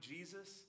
Jesus